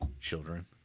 Children